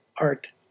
art